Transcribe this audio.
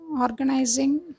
organizing